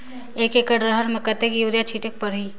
एक एकड रहर म कतेक युरिया छीटेक परही?